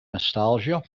nostalgia